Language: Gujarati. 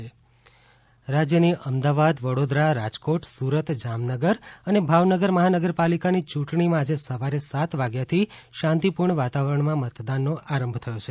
ચુંટણી મહાનગરપાલીકા રાજ્યની અમદાવાદ વડોદરા રાજકોટ સુરત જામનગર અને ભાવનગર મહાનગરપાલિકાની યુંટણીમાંઆજે સવારે સાત વાગ્યાથી શાંતીપુર્ણ વાતાવરણમાં મતદાનનો આરંભ થયો છે